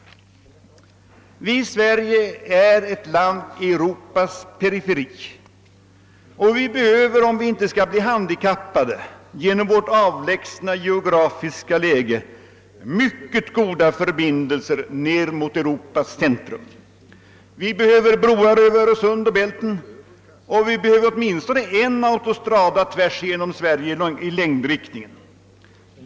Sverige är ett land i Europas periferi, och om vi inte skall bli handikappade på grund av vårt avlägsna geografiska läge behöver vi mycket goda förbindelser ned mot Europas centrum. Vi behöver broar över Öresund och Bälten, och vi behöver åtminstone en autostrada tvärs igenom Sverige i längdriktningen.